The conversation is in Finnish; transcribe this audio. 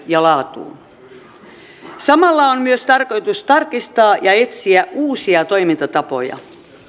ja laatuun samalla on myös tarkoitus tarkistaa ja etsiä uusia toimintatapoja